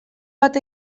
bat